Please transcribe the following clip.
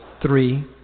three